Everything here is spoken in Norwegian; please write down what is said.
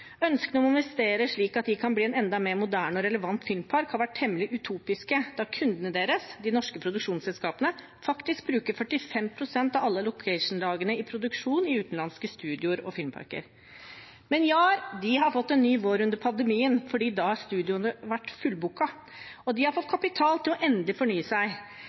Ønskene om å investere slik at de kan bli en enda mer moderne og relevant filmpark, har vært temmelig utopiske, da kundene deres, de norske produksjonsselskapene, faktisk bruker 45 pst. av alle location-dager i produksjon i utenlandske studioer og filmparker. Men Jar har fått en ny vår under pandemien, for da har studioene vært fullbooket, og de har fått kapital til endelig å fornye seg.